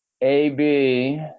AB